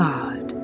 God